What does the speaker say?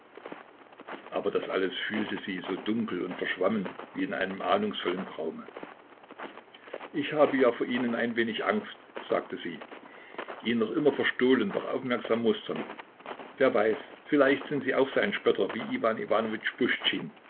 aber das alles fühlte sie so dunkel und verschwommen wie in einem ahnungsvollen traume ich habe ja vor ihnen ein wenig angst sagte sie ihn noch immer verstohlen doch aufmerksam musternd wer weiß vielleicht sind sie auch so ein spötter wie iwan iwanowitsch